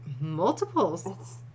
multiples